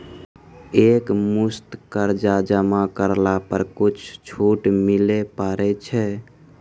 एक मुस्त कर्जा जमा करला पर कुछ छुट मिले पारे छै?